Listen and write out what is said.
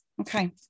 Okay